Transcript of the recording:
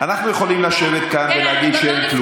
אנחנו יכולים לשבת כאן ולהגיד שאין כלום.